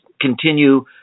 continue